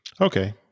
Okay